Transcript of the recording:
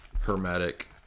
Hermetic